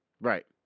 Right